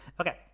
Okay